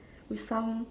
with some